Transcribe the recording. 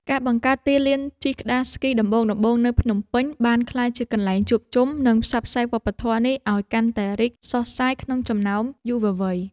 ការបង្កើតទីលានជិះក្ដារស្គីដំបូងៗនៅភ្នំពេញ បានក្លាយជាកន្លែងជួបជុំ និងផ្សព្វផ្សាយវប្បធម៌នេះឱ្យកាន់តែរីកសុះសាយក្នុងចំណោមយុវវ័យ។